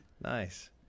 Nice